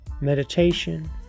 Meditation